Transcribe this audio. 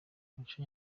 muco